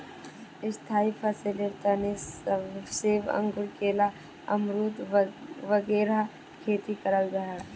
स्थाई फसलेर तने सेब, अंगूर, केला, अमरुद वगैरह खेती कराल जाहा